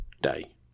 day